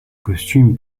costume